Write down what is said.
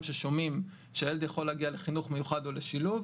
ששומעים שהילד יכול להגיע לחינוך מיוחד או לשילוב,